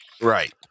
Right